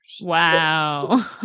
Wow